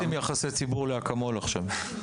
אתם לא עושים עכשיו יחסי ציבור לאקמול, כן?